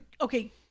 okay